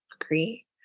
Agree